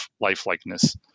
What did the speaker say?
lifelikeness